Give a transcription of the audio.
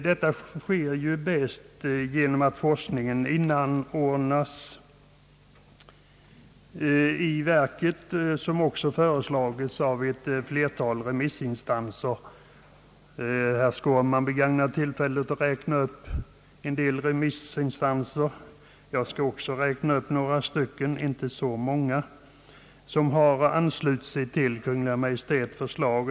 Detta sker ju bäst genom att forskningen inordnas i verket, vilket också föreslagits av ett flertal remissinstanser. Herr Skårman begagnade tillfället att räkna upp en del remissinstanser. Jag skall också räkna upp några, inte så många, som anslutit sig till Kungl. Maj:ts förslag.